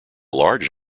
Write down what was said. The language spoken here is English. large